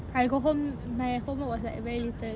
I go home my homework was like very little